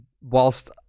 whilst